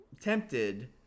Tempted